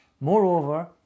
Moreover